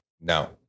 no